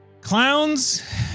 Clowns